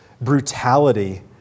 brutality